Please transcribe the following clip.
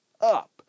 up